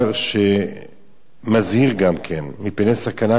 מזהיר גם כן, מפני סכנת ההשתלטות של הוותיקן